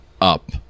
up